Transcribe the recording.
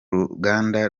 ruganda